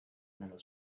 nello